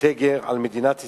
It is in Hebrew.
תיגר על מדינת ישראל.